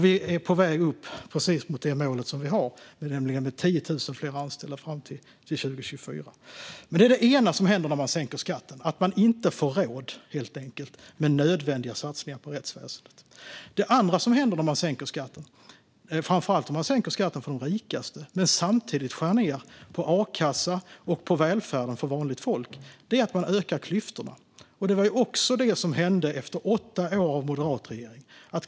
Vi är på väg upp mot det mål vi har, nämligen 10 000 fler anställda till 2024. Det är det ena som händer när man sänker skatten - att man inte får råd med nödvändiga satsningar på rättsväsendet. Det andra som händer när man sänker skatten, framför allt om man sänker skatten för de rikaste men samtidigt skär ned på a-kassa och på välfärden för vanligt folk, är att man ökar klyftorna. Det hände också efter åtta år av moderatregering.